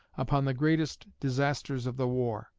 upon the greatest disasters of the war